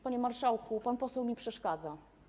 Panie marszałku, pan poseł mi przeszkadza.